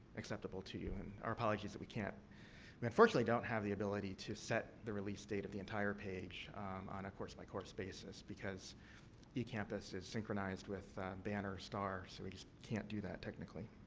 acceptable to you. and, our apologies that we can't we unfortunately don't have the ability to set the release date of the entire page on a course-by-course basis, because ecampus is synchronized with banner and star. so, we just can't do that, technically.